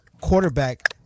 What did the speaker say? quarterback